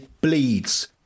bleeds